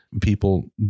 people